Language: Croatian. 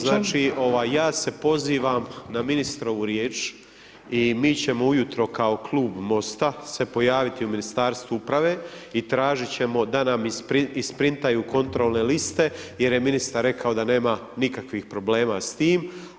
Znači ja pozivam na ministrovu riječ i mi ćemo ujutro kao klub MOST-a se pojaviti u Ministarstvu uprave i tražit ćemo da nam isprintaju kontrolne liste jer je ministar rekao da nema nikakvih problema s tim.